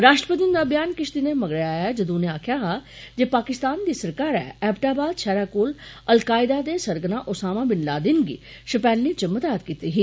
राष्ट्रपति हुन्दा ब्यान किश दिनें मगरा आया ऐ जदूं उने आक्खेआ हा जे पाकिस्तान दी सरकारै एबटावाद शैहरा कोल अल्कायदा दे सरगना औसामा बिन लादेन गी छपैलने च मदाद कीती ही